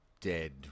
dead